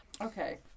Okay